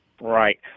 Right